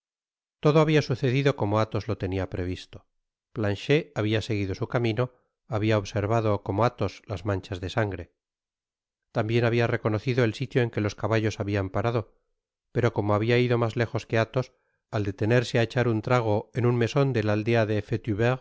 todo habia sucedido como athos lo tenia previsto í planchet habia seguido su camino habia observado como athos las manchas ríe sangre tambien habra reconocido el sitio en que los caballos habian parado pero como habia ido mas lejos que athos al detenerse á echar un trago en un meson de la aldea de